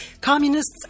communists